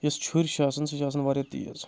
یس چھُرِۍ چھِ آسَن سُہ چھِ آسان واریاہ تَیز